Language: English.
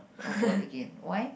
oh bored again why